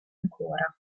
ancora